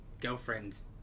girlfriend's